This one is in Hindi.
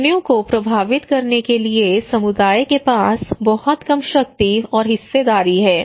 निर्णयों को प्रभावित करने के लिए समुदाय के पास बहुत कम शक्ति और हिस्सेदारी है